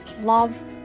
love